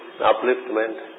upliftment